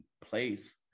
place